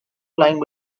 flying